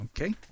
Okay